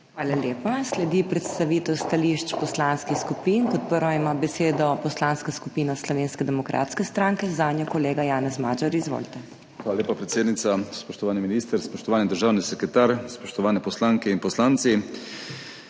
Hvala lepa. Sledi predstavitev stališč poslanskih skupin. Kot prva ima besedo Poslanska skupina Slovenske demokratske stranke, zanjo kolega Janez Magyar. Izvolite. JANEZ MAGYAR (PS SDS): Hvala lepa, predsednica. Spoštovani minister, spoštovani državni sekretar, spoštovane poslanke in poslanci!